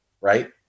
Right